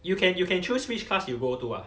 you can you can choose which class you go to ah